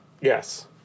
Yes